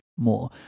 more